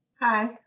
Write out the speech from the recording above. Hi